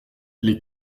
les